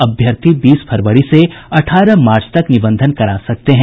अभ्यर्थी बीस फरवरी से अठारह मार्च तक निबंधन करा सकते हैं